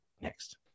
Next